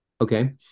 Okay